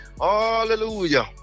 Hallelujah